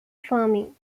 farming